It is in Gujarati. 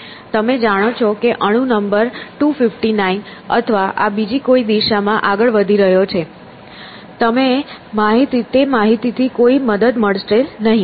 તમે જાણો છો કે અણુ નંબર 259 આ અથવા બીજી કોઈ દિશામાં આગળ વધી રહ્યો છે તે માહિતીથી કોઈ મદદ મળશે નહીં